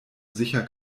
sicher